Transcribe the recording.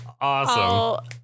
Awesome